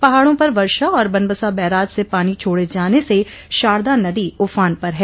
पहाड़ों पर वर्षा और बनबसा बैराज से पानी छोड़े जाने से शारदा नदी उफान पर है